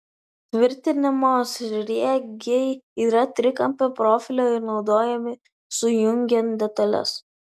tvirtinimo sriegiai yra trikampio profilio ir naudojami sujungiant detales